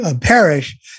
parish